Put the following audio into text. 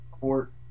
court